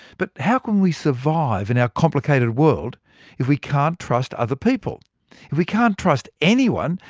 but how can we survive in our complicated world if we can't trust other people? if we can't trust anyone,